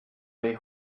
way